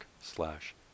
slash